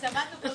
12:30.